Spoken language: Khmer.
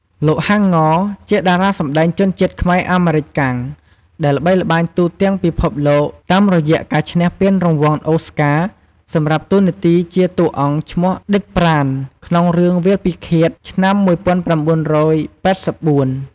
លោក ហាំង ង៉ោរ ជាតារាសម្តែងជនជាតិខ្មែរ-អាមេរិកាំង ដែលល្បីល្បាញទូទាំងពិភពលោកតាមរយៈការឈ្នះពានរង្វាន់អូស្ការ សម្រាប់តួនាទីជាតួអង្គឈ្មោះ ឌិត ប្រាណ ក្នុងរឿង "វាលពិឃាត"ឆ្នាំ ១៩៨៤។